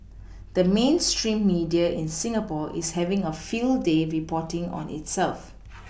the mainstream media in Singapore is having a field day reporting on itself